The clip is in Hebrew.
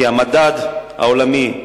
כי המדד העולמי,